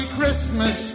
Christmas